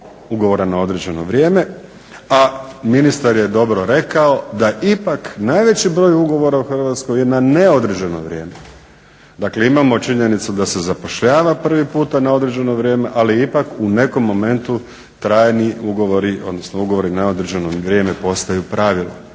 ugovora na određeno vrijeme, a ministar je dobro rekao da ipak najveći broj ugovora u Hrvatskoj je na neodređen vrijeme. Dakle imamo činjenicu da se zapošljava prvi puta na određeno vrijeme, ali ipak u nekom momentu trajni ugovori, odnosno ugovori na određeno vrijeme postaju pravilo i